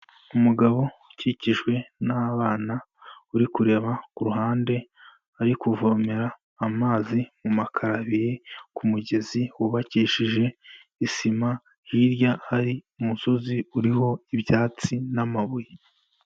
Umugabo ukikijwe n'abana uri kureba ku ruhande, ari kuvomera amazi mu makaraviye ku mugezi wubakishije isima, hirya hari umusozi uriho ibyatsi n'amabuye.